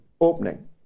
opening